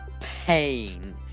PAIN